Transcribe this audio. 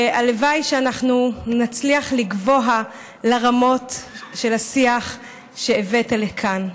והלוואי שנצליח לגבוה לרמות של השיח שהבאת לכאן.